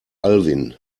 alwin